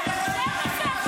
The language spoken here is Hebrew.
זאת המפלגה